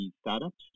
startups